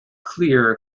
clear